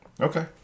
Okay